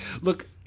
Look